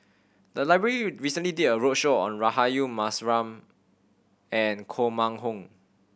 the library recently did a roadshow on Rahayu Mahzam and Koh Mun Hong